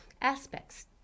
aspects